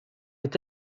est